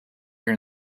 your